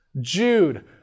Jude